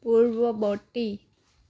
পূৰ্বৱৰ্তী